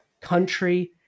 country